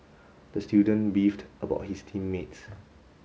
the student beefed about his team mates